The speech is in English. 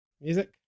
Music